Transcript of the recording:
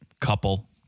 couple